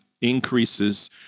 increases